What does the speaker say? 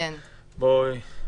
נכון, אני מכירה.